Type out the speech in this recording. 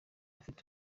afite